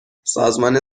سازمان